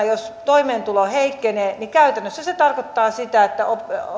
jos toimeentulo heikkenee niin tämän seurauksena se käytännössä tarkoittaa sitä että